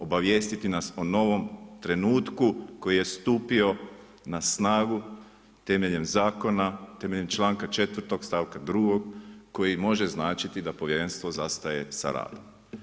Obavijestiti nas o novom trenutku koji je stupio na snagu, temeljem zakona, temeljem čl.4 stavka 2 koji može značiti da povjerenstvo zastaje s radom.